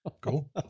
Cool